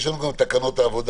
יש לנו גם את תקנות העבודה,